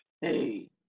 Hey